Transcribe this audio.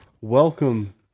welcome